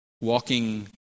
walking